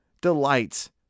delights